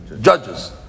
judges